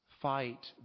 Fight